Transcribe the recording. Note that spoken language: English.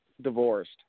Divorced